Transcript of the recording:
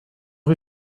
rue